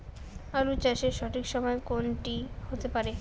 আলু চাষের সঠিক সময় কোন টি হতে পারে?